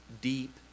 deep